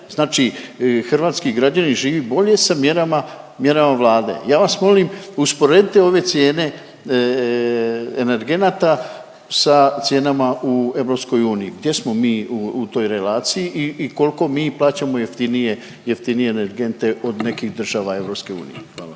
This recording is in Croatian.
Znači hrvatski građani žive bolje sa mjerama Vlade. Ja vas molim, usporedite ove cijene energenata sa cijenama u EU. Gdje smo mi u toj relaciji i koliko mi plaćamo jeftinije energente od nekih država EU? Hvala.